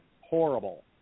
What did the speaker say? Horrible